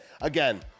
again